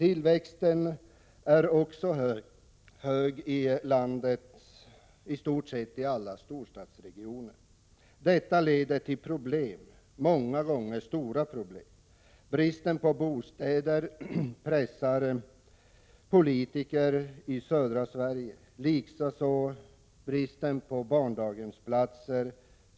Tillväxten är också hög i landets alla storstadsregioner i stort sett. Detta leder till problem, många gånger stora problem. Bristen på bostäder pressar politiker i södra Sverige, liksom bristen på daghemsplatser.